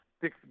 six